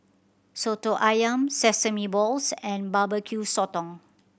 Soto Ayam sesame balls and Barbecue Sotong